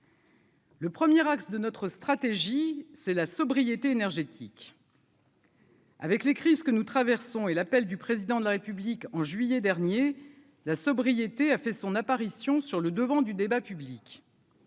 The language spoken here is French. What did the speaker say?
Le premier axe de notre stratégie, c'est la sobriété énergétique. Avec les crises que nous traversons et l'appel du président de la République en juillet dernier la sobriété a fait son apparition sur le devant du débat public.